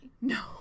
No